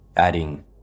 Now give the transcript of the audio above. Adding